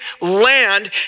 land